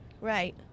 Right